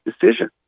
decision